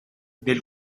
del